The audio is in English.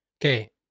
Okay